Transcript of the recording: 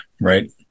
right